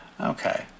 Okay